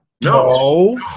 no